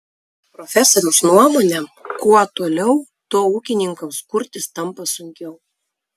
profesoriaus nuomone kuo toliau tuo ūkininkams kurtis tampa sunkiau